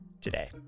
today